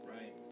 Right